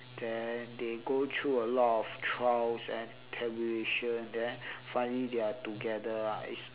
then they go through a lot of trials and tribulation and then finally they are together ah it's